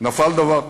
נפל דבר: